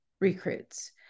recruits